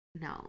no